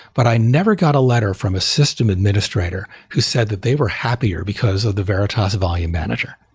but i never got a letter from a system administrator who said that they were happier because of the veritas volume manager.